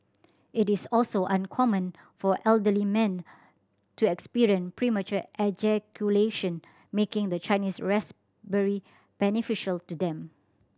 it is also uncommon for elderly men to experience premature ejaculation making the Chinese raspberry beneficial to them